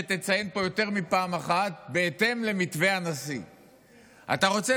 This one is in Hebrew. ותציין פה יותר מפעם אחת "בהתאם למתווה הנשיא"; אתה רוצה,